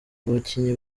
abakinyi